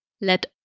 Let